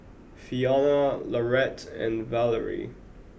Fiona Laurette and Valerie